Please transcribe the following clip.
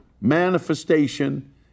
Manifestation